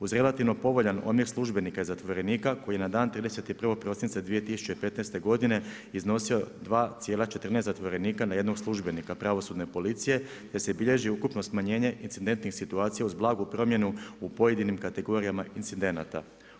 Uz relativno povoljan omjer službenika i zatvorenika, koji na dan 31. prosinca 2015. godine iznosio 2,14 zatvorenika na jednog službenika pravosudne policije, te se bilježi ukupno smanjenje incidentnih situacija uz blagu promjenu u pojedinim kategorijama incidenata.